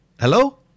Hello